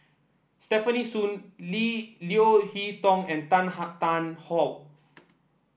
Stefanie Soon Lee Leo Hee Tong and Tan Tarn How